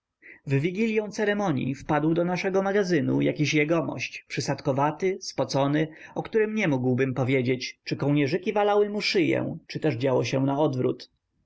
stołu w wigilią ceremonii wpadł do naszego magazynu jakiś jegomość przysadkowaty spocony o którym nie mógłbym powiedzieć czy kołnierzyki walały mu szyję czy też działo się naodwrót